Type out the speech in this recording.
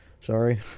Sorry